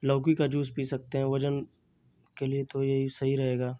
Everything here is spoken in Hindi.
लौकी का जूस पी सकते हैं वज़न के लिए तो यही सही रहेगा